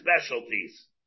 specialties